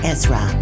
Ezra